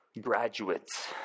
graduates